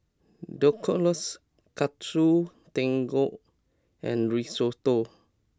Dhokla Katsu Tendon and Risotto